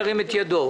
ירים את ידו.